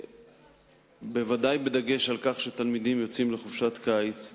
בוודאי בדגש שתלמידים יוצאים לחופשת הקיץ,